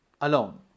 alone